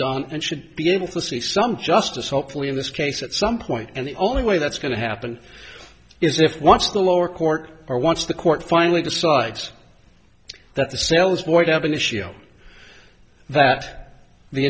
done and should be able to see some justice hopefully in this case at some point and the only way that's going to happen is if once the lower court or once the court finally decides that the